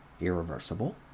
irreversible